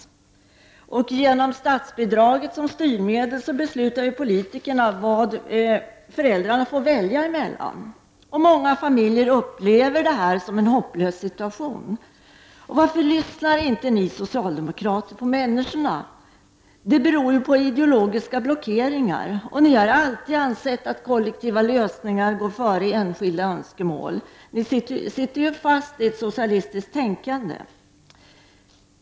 Genom att använda statsbidraget som styrmedel beslutar politiker vad föräldrarna har att välja mellan. Många familjer upplever sin situation som hopplös. Varför lyssnar inte ni socialdemokrater på människorna? Det beror på ideologiska blockeringar. Ni har alltid ansett att kollektiva lösningar går före enskilda önskemål. Ni sitter fast i ett socialistiskt tänkande.